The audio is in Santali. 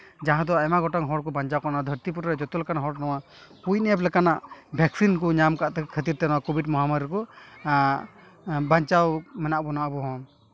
ᱡᱟᱦᱟᱸ ᱫᱚ ᱟᱭᱢᱟ ᱜᱚᱴᱟᱝ ᱦᱚᱲ ᱠᱚ ᱵᱟᱧᱪᱟᱣ ᱠᱟᱱᱟ ᱱᱚᱣᱟ ᱫᱷᱟᱹᱨᱛᱤᱼᱯᱩᱨᱤ ᱡᱚᱛᱚ ᱞᱮᱠᱟᱱ ᱦᱚᱲ ᱱᱚᱣᱟ ᱠᱩᱭᱤᱱ ᱮᱯ ᱞᱮᱠᱟᱱᱟᱜ ᱵᱷᱮᱠᱥᱤᱱ ᱠᱚ ᱧᱟᱢ ᱟᱠᱟᱫ ᱠᱷᱟᱹᱛᱤᱨ ᱛᱮ ᱱᱚᱣᱟ ᱠᱳᱵᱷᱤᱴ ᱢᱚᱦᱟᱢᱟᱨᱤ ᱨᱮᱠᱚ ᱵᱟᱧᱪᱟᱣ ᱢᱮᱱᱟᱜ ᱵᱚᱱᱟ ᱟᱵᱚ ᱦᱚᱸ